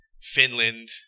Finland